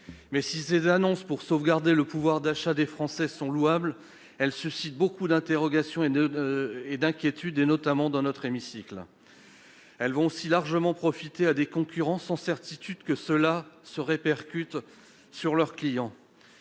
gouvernementales pour sauvegarder le pouvoir d'achat des Français sont louables, elles suscitent nombre d'interrogations et d'inquiétudes, notamment dans cet hémicycle. Elles vont aussi largement profiter aux concurrents d'EDF, sans certitude que cela se répercute sur leurs clients.